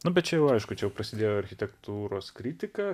nu bet čia jau aišku čia jau prasidėjo architektūros kritika